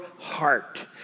heart